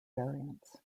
variants